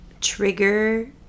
trigger